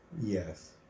Yes